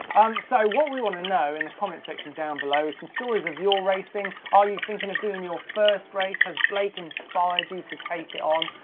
so, what we wanna know in the comments section down below is some stories of your racing. are you thinking of doing your first race? has blake inspired you to take it on?